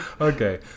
Okay